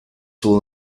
will